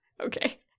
Okay